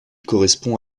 correspond